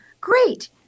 great